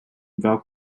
val